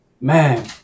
man